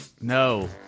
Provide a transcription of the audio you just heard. no